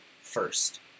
first